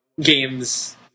games